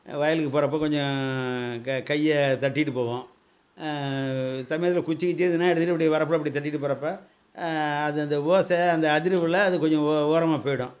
வயலுக்கு போகிறப்ப கொஞ்சம் க கையை தட்டிகிட்டு போவோம் சமயத்தில் குச்சி கிச்சி எதுனால் எடுத்துகிட்டு இப்படி வரப்பில் இப்படி தட்டிகிட்டு போகிறப்ப அது அந்த ஓசை அந்த அதிர்வுகளில் அது கொஞ்சம் ஓரமாக போயிடும்